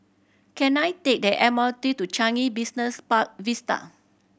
can I take the M R T to Changi Business Park Vista